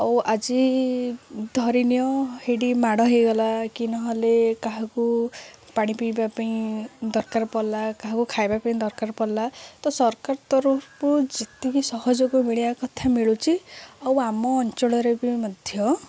ଆଉ ଆଜି ଧରିନିଅ ହେଇଠି ମାଡ଼ ହୋଇଗଲା କି ନହେଲେ କାହାକୁ ପାଣି ପିଇବା ପାଇଁ ଦରକାର ପଡ଼ିଲା କାହାକୁ ଖାଇବା ପାଇଁ ଦରକାର ପଡ଼ିଲା ତ ସରକାର ତରଫରୁ ଯେତିକି ସହଯୋଗ ମିଳିବା କଥା ମିଳୁଛି ଆଉ ଆମ ଅଞ୍ଚଳରେ ବି ମଧ୍ୟ